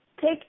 take